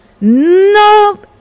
no